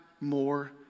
more